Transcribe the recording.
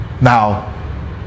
Now